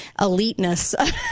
eliteness